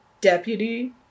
Deputy